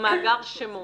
מאגר שמות.